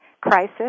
crisis